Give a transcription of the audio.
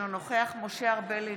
אינו נוכח משה ארבל,